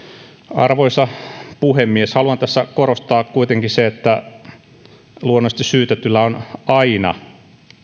arvoisa puhemies haluan tässä korostaa kuitenkin sitä että luonnollisesti syytetyllä on aina